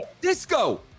Disco